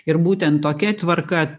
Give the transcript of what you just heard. ir būtent tokia tvarka